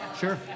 sure